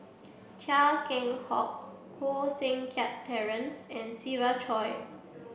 Chia Keng Hock Koh Seng Kiat Terence and Siva Choy